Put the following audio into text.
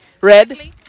Red